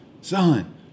son